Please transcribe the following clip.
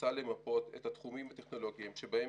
מוצע למפות את התחומים הטכנולוגיים שבהם